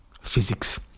physics